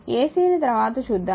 AC ని తర్వాత చూద్దాము